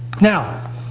Now